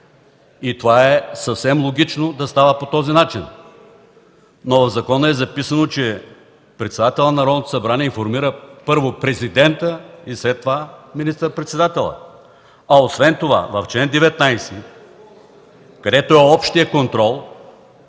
И е съвсем логично това да става по този начин. Но в закона е записано, че председателят на Народното събрание информира, първо, президента и след това министър-председателя. Освен това в чл. 19, където е общият контрол,